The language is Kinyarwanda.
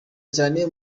cyane